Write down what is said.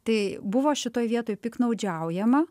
tai buvo šitoj vietoj piktnaudžiaujama